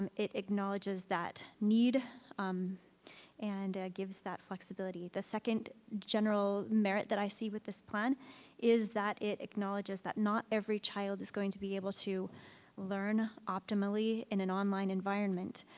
um it acknowledges that need and gives that flexibility. the second general merit that i see with this plan is that it acknowledges that not every child is going to be able to learn optimally in an online environment.